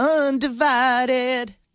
Undivided